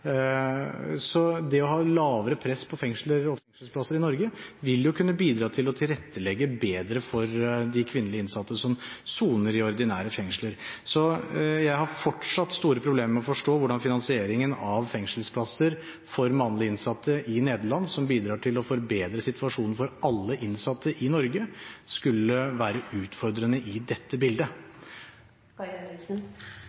Så det å ha lavere press på fengsler og fengselsplasser i Norge vil kunne bidra til bedre tilrettelegging for de kvinnelige innsatte som soner i ordinære fengsler. Så jeg har fortsatt store problemer med å forstå hvordan finansieringen av fengselsplasser for mannlige innsatte i Nederland, som bidrar til å forbedre situasjonen for alle innsatte i Norge, skulle være utfordrende i dette